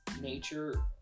nature